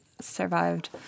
survived